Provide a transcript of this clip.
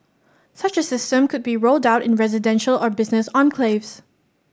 such a system could be rolled out in residential or business enclaves